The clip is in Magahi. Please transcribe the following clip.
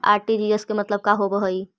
आर.टी.जी.एस के मतलब का होव हई?